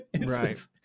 right